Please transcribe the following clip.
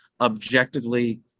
objectively